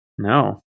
No